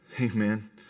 Amen